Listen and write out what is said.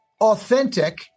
authentic